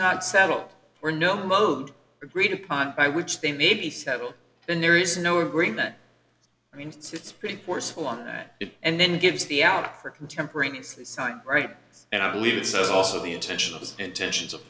not settled or no mode agreed upon by which they may be settled and there is no agreement i mean it's pretty forceful on that and then gives the out for contemporaneously sign right and i believe it says also the intention of the intentions of